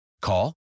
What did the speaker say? Call